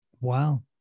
Wow